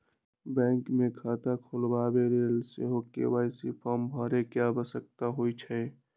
bank मे खता खोलबाबेके लेल सेहो के.वाई.सी फॉर्म भरे के आवश्यकता होइ छै